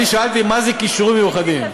אני שאלתי: מה זה כישורים מיוחדים?